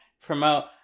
promote